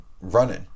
running